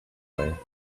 way